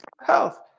health